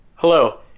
Hello